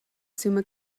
summa